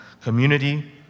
community